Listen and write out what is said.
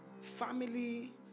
family